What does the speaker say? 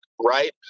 right